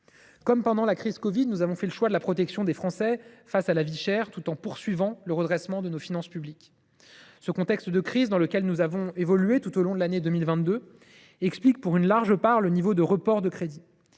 Comme pendant la crise de la covid, nous avons fait le choix de la protection des Français face à la vie chère, tout en poursuivant le redressement de nos finances publiques. Ce contexte de crise dans lequel nous avons évolué tout au long de l’année 2022 explique pour une large part le niveau des reports de crédits.